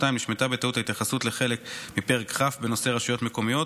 נשמטה בטעות ההתייחסות לחלק מפרק כ' בנושא רשויות מקומיות.